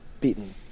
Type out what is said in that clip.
beaten